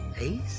Ace